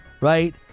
right